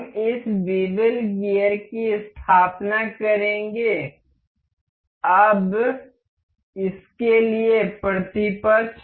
हम इस bevel gear की स्थापना करेंगे अब इसके लिए प्रतिपक्ष